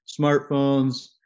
smartphones